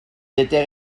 était